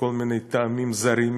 מכל מיני טעמים זרים,